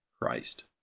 Christ